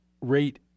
rate